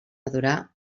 madurar